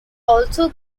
also